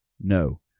no